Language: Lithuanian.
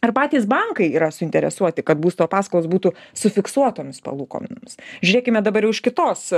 ar patys bankai yra suinteresuoti kad būsto paskolos būtų su fiksuotomis palūkanomis žiūrėkime dabar jau iš kitos